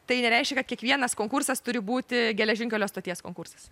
tai nereiškia kad kiekvienas konkursas turi būti geležinkelio stoties konkursas